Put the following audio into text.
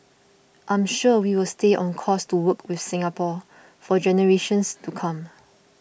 I'm sure we will stay on course to work with Singapore for generations to come